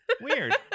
Weird